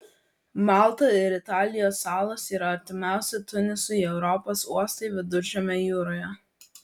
malta ir italijos salos yra artimiausi tunisui europos uostai viduržemio jūroje